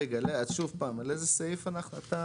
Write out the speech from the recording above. שוב, על איזה סעיף מדובר?